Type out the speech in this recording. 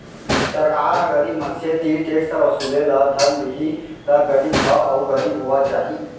सरकार ह गरीब मनसे तीर टेक्स वसूले ल धर लेहि त गरीब ह अउ गरीब होवत जाही